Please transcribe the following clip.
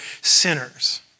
sinners